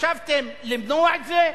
חשבתם למנוע את זה?